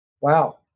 Wow